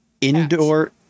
indoor